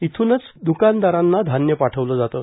तेथूनच द्कानदारांना धान्य पाठवले जाते